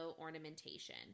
ornamentation